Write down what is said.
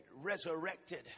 resurrected